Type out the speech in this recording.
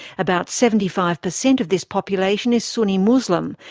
about seventy five percent of this population is sunni muslim,